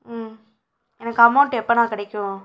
ஆம் எனக்கு அமௌண்ட்டு எப்போண்ணா கிடைக்கும்